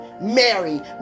Mary